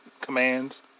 commands